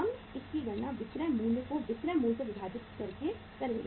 हम इसकी गणना विक्रय मूल्य को विक्रय मूल्य से विभाजित करके करेंगे